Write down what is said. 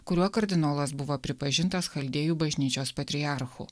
kuriuo kardinolas buvo pripažintas chaldėjų bažnyčios patriarchu